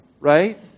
right